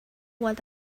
what